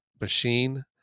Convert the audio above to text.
machine